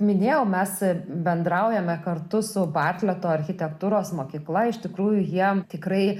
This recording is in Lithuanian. minėjau mes bendraujame kartu su bartleto architektūros mokykla iš tikrųjų jie tikrai